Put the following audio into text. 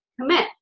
commit